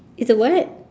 it's a what